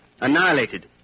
annihilated